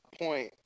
point